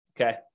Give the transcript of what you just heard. okay